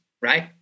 Right